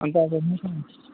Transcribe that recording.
अन्त अब